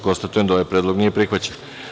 Konstatujem da ovaj predlog nije prihvaćen.